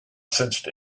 sensed